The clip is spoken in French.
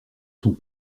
sont